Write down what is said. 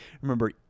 Remember